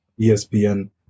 ESPN